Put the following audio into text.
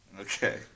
Okay